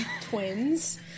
twins